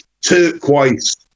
turquoise